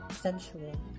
sensual